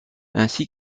ainsi